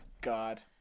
god